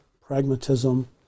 pragmatism